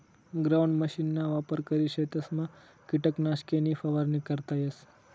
ground मशीनना वापर करी शेतसमा किटकनाशके नी फवारणी करता येस